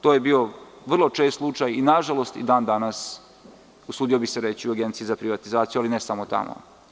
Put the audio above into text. To je bio vrlo čest slučaj i nažalost i dan danas, usudio bih se reći u Agenciji za privatizaciju, ali ne samo tamo.